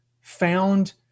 found